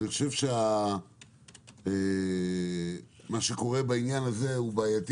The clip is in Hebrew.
אני חושב שמה שקורה בעניין הזה הוא בעייתי